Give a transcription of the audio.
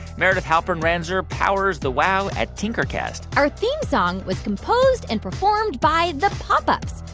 meredith halpern-ranzer powers the wow at tinkercast our theme song was composed and performed by the pop ups.